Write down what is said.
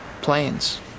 planes